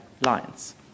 lines